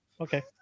Okay